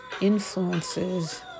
influences